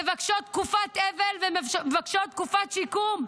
מבקשות תקופת אבל ומבקשות תקופת שיקום,